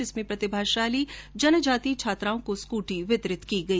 जिसमें प्रतिभाशाली जनजाति छात्राओं को स्कूटी वितरित की गई